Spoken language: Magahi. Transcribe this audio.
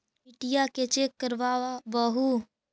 मिट्टीया के चेक करबाबहू?